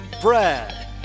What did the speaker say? Brad